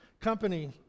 company